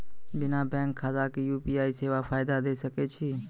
बिना बैंक खाताक यु.पी.आई सेवाक फायदा ले सकै छी?